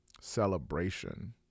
celebration